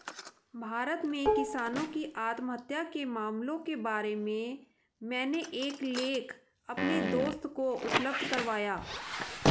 भारत में किसानों की आत्महत्या के मामलों के बारे में मैंने एक लेख अपने दोस्त को उपलब्ध करवाया